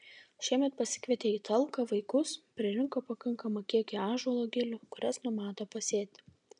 šiemet pasikvietę į talką vaikus pririnko pakankamą kiekį ąžuolo gilių kurias numato pasėti